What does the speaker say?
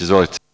Izvolite.